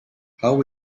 how